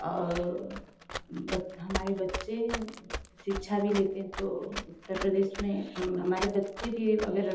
और हमारे बच्चे शिक्षा भी लेते हैं तो उत्तर प्रदेश में हमारे बच्चे भी अगर